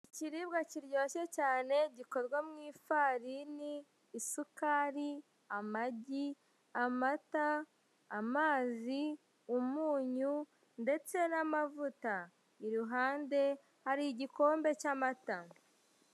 Ikiribwa kiryoshye cyane gikorwa mu ifarini, isukari, amagi, amata, amazi, umunyu ndetse n'amavuta i ruhande hari igikombe cy'amata.